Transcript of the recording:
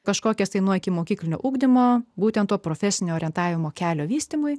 kažkokias tai nuo ikimokyklinio ugdymo būtent to profesinio orientavimo kelio vystymui